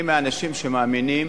אני מהאנשים שמאמינים